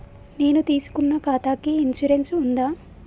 నేను తీసుకున్న ఖాతాకి ఇన్సూరెన్స్ ఉందా?